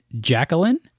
Jacqueline